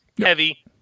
heavy